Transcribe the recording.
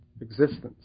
existence